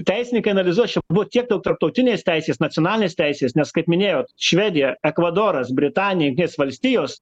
teisininkai analizuos čia buvo tiek daug tarptautinės teisės nacionalinės teisės nes kaip minėjau švedija ekvadoras britanija jungtinės valstijos